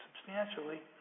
substantially